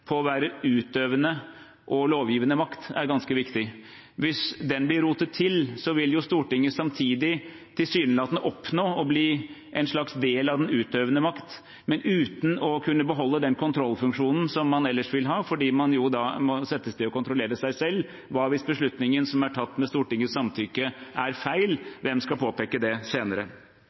på å være utøvende og lovgivende makt er ganske viktig. Hvis den blir rotet til, vil jo Stortinget samtidig tilsynelatende oppnå å bli en slags del av den utøvende makt, men uten å kunne beholde den kontrollfunksjonen som man ellers vil ha, fordi man da også må settes til å kontrollere seg selv. Hva hvis beslutningen som er tatt med Stortingets samtykke, er feil – hvem skal påpeke det senere?